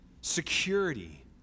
security